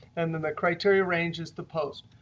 and then the criteria range is the post.